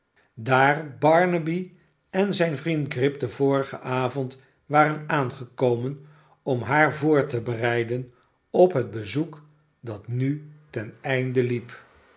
daar barnaby en zijn vriend grip den vorigen avond waren aangekomen om haar voor te bereiden op het bezoek dat nu ten einde liep